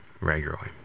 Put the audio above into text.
regularly